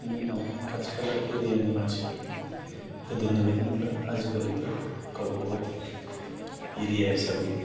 बेनि उनाव खाथि खाला एरियानि मानसिफोरा गोदोनि बायदि नंला आजिखालिथ' गावबागाव एरिया हिसाबै